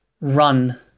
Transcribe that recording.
Run